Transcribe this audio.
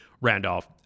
Randolph